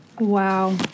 Wow